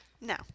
No